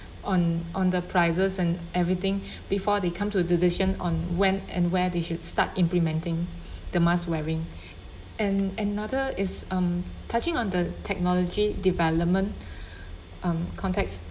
on on the prices and everything before they come to a decision on when and where they should start implementing the mask wearing and another is um touching on the technology development um context